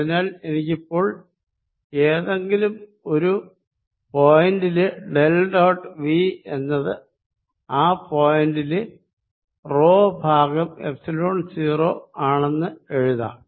അതിനാൽ എനിക്ക് ഇപ്പോൾ ഏതെങ്കിലും ഒരു പോയിന്റ് ലെ ഡെൽ ഡോട്ട് വി എന്നത് ആ പോയിന്റ് ലെ റോ ഭാഗം എപ്സിലോൺ 0 ആണെന്ന് എഴുതാം